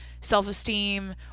self-esteem